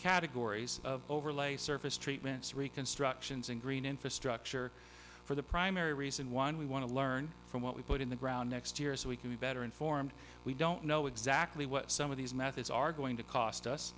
categories of overlay surface treatments reconstructions and green infrastructure for the primary reason one we want to learn from what we put in the ground next year so we can be better informed we don't know exactly what some of these methods are going to cost us